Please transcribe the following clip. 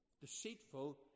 deceitful